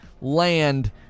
land